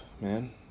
man